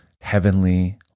heavenly